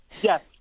Yes